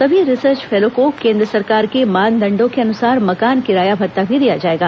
सभी research fellow को केन्द्र सरकार के मानदंडो के अनुसार मकान किराया भत्ता भी दिया जाएगा